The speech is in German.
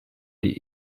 die